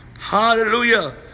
Hallelujah